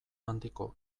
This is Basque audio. handiko